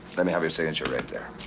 let me have your signature right there.